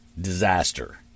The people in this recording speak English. disaster